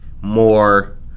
more